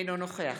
אינו נוכח